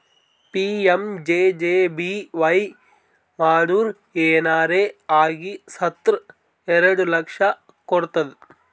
PMJJBY ಮಾಡುರ್ ಏನರೆ ಆಗಿ ಸತ್ತುರ್ ಎರಡು ಲಕ್ಷ ಕೊಡ್ತುದ್